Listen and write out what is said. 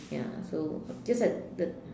ya so just like the